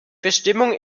bestimmung